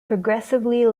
progressively